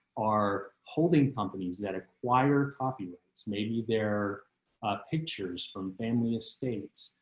are holding companies that acquire copyrights maybe their pictures from family estates,